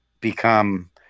become